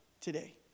today